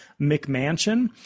McMansion